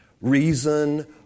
reason